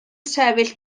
sefyll